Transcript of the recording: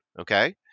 okay